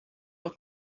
los